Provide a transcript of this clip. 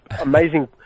amazing